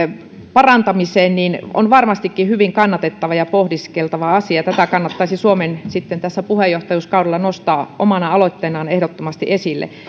parantamiseen mikä on otettu esille on varmastikin hyvin kannatettava ja pohdiskeltava asia tätä kannattaisi suomen sitten tässä puheenjohtajuuskaudella nostaa omana aloitteenaan ehdottomasti esille